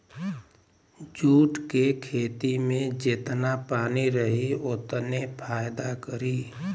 jute के खेती में जेतना पानी रही ओतने फायदा करी